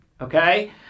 Okay